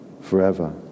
forever